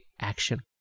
action